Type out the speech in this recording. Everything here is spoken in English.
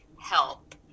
help